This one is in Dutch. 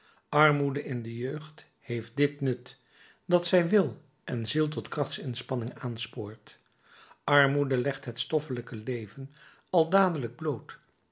armoede in de jeugd heeft dit nut dat zij wil en ziel tot krachtsinspanning aanspoort armoede legt het stoffelijke leven al dadelijk bloot